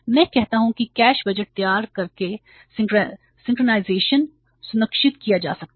मैं कहता हूं कि कैश बजट तैयार करके सिंक्रोनाइजेशन सुनिश्चित किया जा सकता है